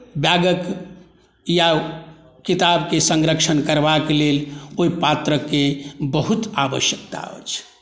बैगक या किताबके संरक्षण करबाक लेल ओहि पात्रके बहुत आवश्यकता अछि